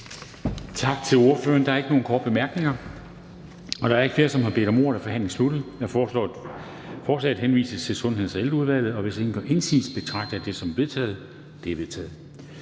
tak til ordføreren. Der er ikke nogen korte bemærkninger. Da der ikke er flere, der har bedt om ordet, er forhandlingen sluttet. Jeg foreslår, at forslaget henvises til Sundheds- og Ældreudvalget, og hvis ingen gør indsigelse, betragter jeg det som vedtaget. Det er vedtaget.